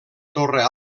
torre